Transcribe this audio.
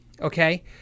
Okay